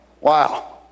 Wow